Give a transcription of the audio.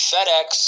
FedEx